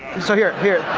so here, here.